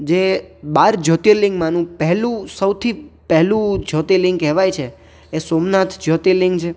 જે બાર જ્યોતિર્લિંગમાંનું પહેલું સૌથી પહેલું જ્યોતિર્લિંગ કહેવાય છે એ સોમનાથ જ્યોતિર્લિંગ જે છે